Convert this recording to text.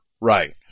Right